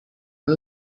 and